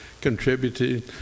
contributing